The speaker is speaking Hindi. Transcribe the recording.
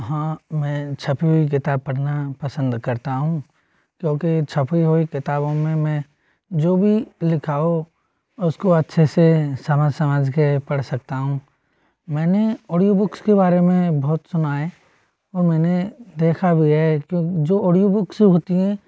हाँ मैं छपी हुई किताब पढ़ना पसंद करता हूँ क्योंकि छपी हुई किताबों में मैं जो भी लिखा हो उसको अच्छे से समझ समझ के पढ़ सकता हूँ मैंने ओडियो बुक्स के बारे में बहुत सुना है और मैंने देखा भी है क्योंकि जो ओडियो बुक्स होती हैं